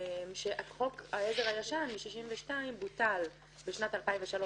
חוק העזר הישן מ-62 בוטל בשנת 2003,